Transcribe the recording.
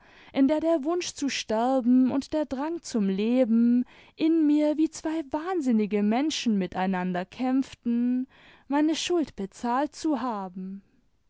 in der der wunsch zu sterben und der drang zum leben in mir wie zwei wahnsinnige menschen miteinander kämpften meine schuld bezahlt zu haben